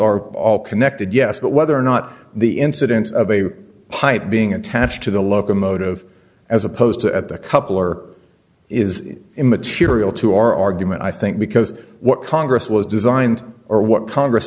are all connected yes but whether or not the incidence of a pipe being attached to the locomotive as opposed to at the couple or is immaterial to our argument i think because what congress was designed or what congress